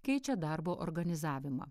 keičia darbo organizavimą